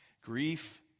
Grief